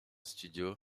studio